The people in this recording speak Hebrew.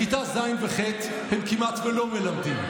בכיתה ז' וח' הם כמעט לא מלמדים,